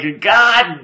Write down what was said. God